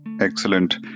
Excellent